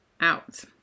out